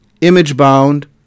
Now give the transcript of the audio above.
image-bound